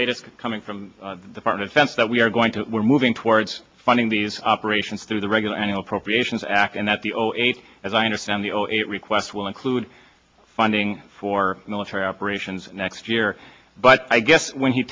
latest coming from the department fence that we are going to we're moving towards funding these operations through the regular any appropriations act and that the zero eight as i understand the zero eight request will include funding for military operations next year but i guess when he